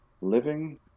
Living